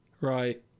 Right